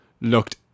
looked